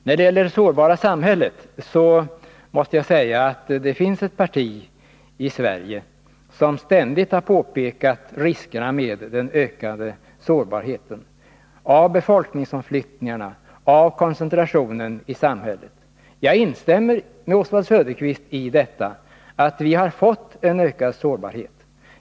När det gäller det sårbara samhället måste jag säga att det finns ett parti i Sverige som ständigt har påpekat riskerna med den ökade sårbarheten till följd av befolkningsomflyttningarna och koncentrationen i samhället. Jag instämmer med Oswald Söderqvist i att vi har fått en ökad sårbarhet.